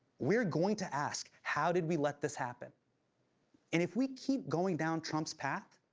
we're going to ask, how did we let this happen? and if we keep going down trump's path,